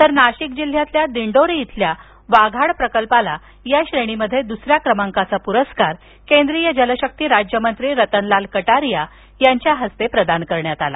तर नाशिक जिल्ह्यातील दिंडोरी इथल्या वाघाड प्रकल्पाला याश्रेणीमधे द्सऱ्या क्रमांकांचा पूरस्कार केंद्रीय जलशक्ती राज्यमंत्री रतनलाल कटारिया यांचे हस्ते प्रदान करण्यात आला